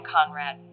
Conrad